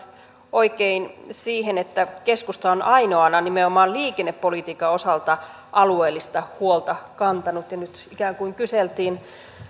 oikein siihen että keskusta on ainoana nimenomaan liikennepolitiikan osalta alueellista huolta kantanut ja nyt ikään kuin kyseltiin